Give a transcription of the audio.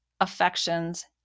affections